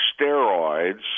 steroids